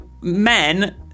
men